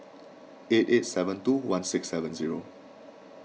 eight eight seven two one six seven zero